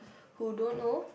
who don't know